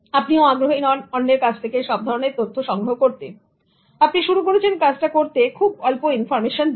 আপনিও আগ্রহী নন অন্যের কাছ থেকে সব ধরনের তথ্য সংগ্রহ করতে আপনি শুরু করেছেন কাজটা করতে খুব অল্প ইনফর্মেশন দিয়ে